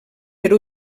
per